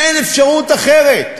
אין אפשרות אחרת,